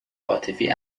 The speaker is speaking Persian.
عاطفی